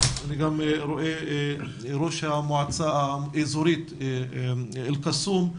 אני גם רואה את ראש המועצה האזורית אל קסום,